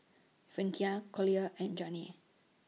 Venita Collier and Janae